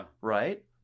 right